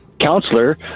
counselor